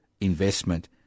investment